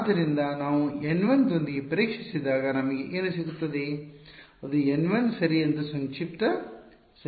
ಆದ್ದರಿಂದ ನಾವು N1 ನೊಂದಿಗೆ ಪರೀಕ್ಷಿಸಿದಾಗ ನಮಗೆ ಏನು ಸಿಗುತ್ತದೆ ಅದು N1 ಸರಿ ಎಂದು ಸಂಕ್ಷಿಪ್ತ ಸಂಕೇತವಾಗಿದೆ